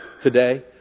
today